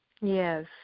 Yes